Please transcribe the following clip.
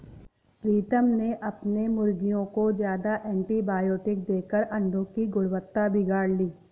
प्रीतम ने अपने मुर्गियों को ज्यादा एंटीबायोटिक देकर अंडो की गुणवत्ता बिगाड़ ली